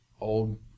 old